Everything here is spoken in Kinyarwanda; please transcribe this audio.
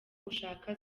ushaka